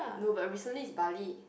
no but recently is Bali